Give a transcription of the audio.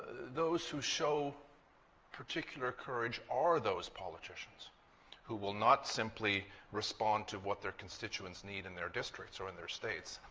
those who show particular courage are those politicians who will not simply respond to what their constituents need in their districts or in their states,